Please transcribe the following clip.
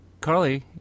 Carly